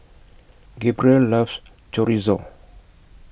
Gabrielle loves Chorizo